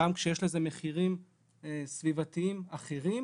גם כשיש לזה מחירים סביבתיים אחרים,